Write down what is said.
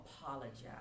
apologize